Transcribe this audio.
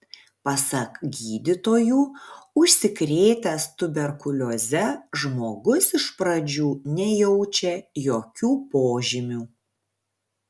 pasak gydytojų užsikrėtęs tuberkulioze žmogus iš pradžių nejaučia jokių požymių